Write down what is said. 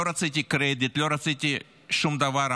לא רציתי קרדיט, לא רציתי שום דבר.